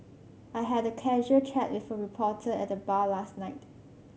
I had a casual chat with a reporter at the bar last night